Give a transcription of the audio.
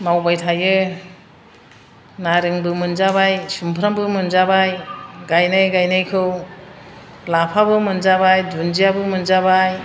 मावबायथायो नारेंबो मोनजाबाय सुमफ्रामबो मोनजाबाय गायनाय गायनायखौ लाफाबो मोनजाबाय दुन्दियाबो मोनजाबाय